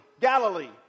Galilee